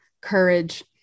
courage